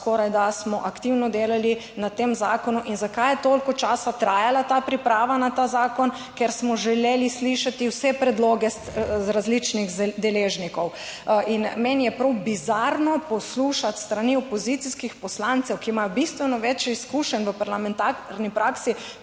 skorajda smo aktivno delali na tem zakonu in zakaj je toliko časa trajala ta priprava na ta zakon, ker smo želeli slišati vse predloge iz različnih deležnikov. In meni je prav bizarno poslušati s strani opozicijskih poslancev, ki imajo bistveno več izkušenj v parlamentarni praksi